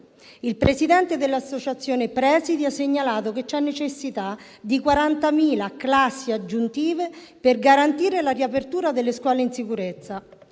Il presidente dell'associazione presidi ha segnalato che c'è necessità di 40.000 classi aggiuntive per garantire la riapertura delle scuole in sicurezza.